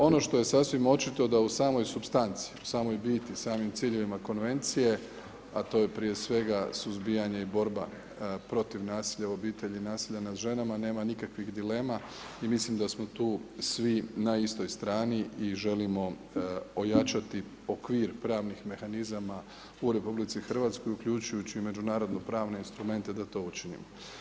Ono što je sasvim očito da u samoj supstanci, samoj biti, samim ciljevima konvencije, a to je prije svega suzbijanje i borba protiv nasilja u obitelji, nasilja nad ženama nema nikakvih dilema i mislim da smo tu svi na istoj strani i želimo ojačati okvir pravnih mehanizama u RH uključujući i međunarodne pravne instrumente da to učinimo.